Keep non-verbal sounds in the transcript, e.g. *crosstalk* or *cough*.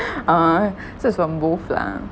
*breath* ah so is from both lah